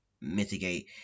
mitigate